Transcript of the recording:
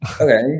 Okay